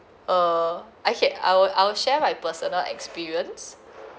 uh okay I will I will share my personal experience